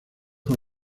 por